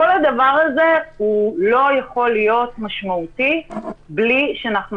כל הדבר הזה לא יכול להיות משמעותי בלי שאנחנו